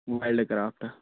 wild craft